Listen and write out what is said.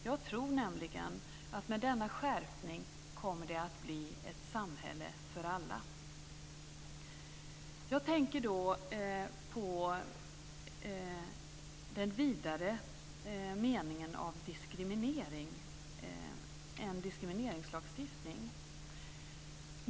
Jag tror nämligen att det med denna skärpning kommer att bli ett samhälle för alla. Jag tänker då på den vidare meningen av en diskrimineringslagstiftning.